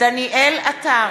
עטר,